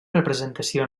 representació